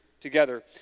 together